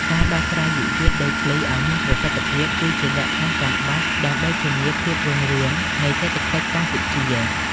ការដោះស្រាយវិវាទដីធ្លីឱ្យមានប្រសិទ្ធភាព គឺជាលក្ខខណ្ឌចាំបាច់ដើម្បីធានាភាពរុងរឿងនៃសេដ្ឋកិច្ចកម្ពុជា។